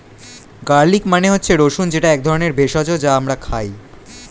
garlic মানে হচ্ছে রসুন যেটা এক ধরনের ভেষজ যা আমরা খাই